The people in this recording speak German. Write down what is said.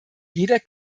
jeder